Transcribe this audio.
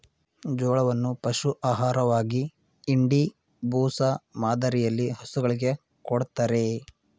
ಜೋಳವನ್ನು ಪಶು ಆಹಾರವಾಗಿ ಇಂಡಿ, ಬೂಸ ಮಾದರಿಯಲ್ಲಿ ಹಸುಗಳಿಗೆ ಕೊಡತ್ತರೆ